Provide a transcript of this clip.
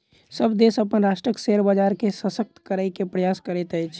सभ देश अपन राष्ट्रक शेयर बजार के शशक्त करै के प्रयास करैत अछि